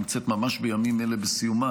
נמצאת ממש בימים אלה בסיומה.